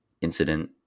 incident